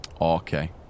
Okay